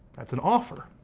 that's an offer,